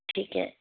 ਠੀਕ ਹੈ